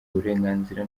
uburenganzira